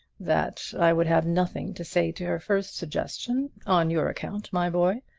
that i would have nothing to say to her first suggestion on your account, my boy.